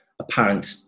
apparent